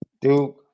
Duke